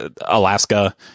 Alaska